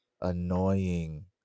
annoying